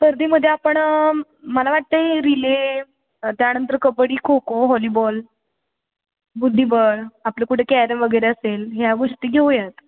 स्पर्धेमध्ये आपण मला वाटत आहे रिले त्यानंतर कबड्डी खो खो हॉलीबॉल बुद्धिबळ आपलं कुठे कॅरम वगैरे असेल ह्या गोष्टी घेऊयात